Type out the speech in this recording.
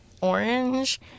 orange